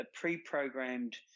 pre-programmed